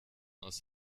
aus